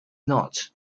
not